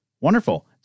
Wonderful